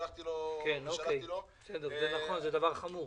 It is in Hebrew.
זה נכון, זה דבר חמור.